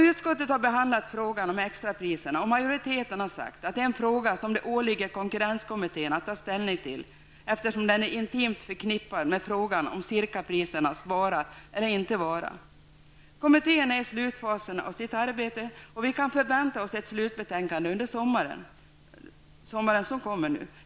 Utskottet har behandlat frågan om extrapriserna, och majoriteten har sagt att det är en fråga om det åligger konkurrenskommittén att ta ställning till, eftersom den är intimt förknippad med frågan om cirkaprisernas vara eller inte vara. Kommittén är inne i slutfasen av sitt arbete, och vi kan förvänta oss ett slutbetänkande under den kommande sommaren.